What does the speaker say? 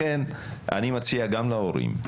לכן אני מציע גם להורים: